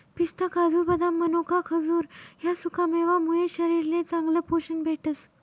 पिस्ता, काजू, बदाम, मनोका, खजूर ह्या सुकामेवा मुये शरीरले चांगलं पोशन भेटस